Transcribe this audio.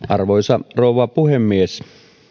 arvoisa rouva puhemies